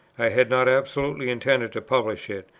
i had not absolutely intended to publish it,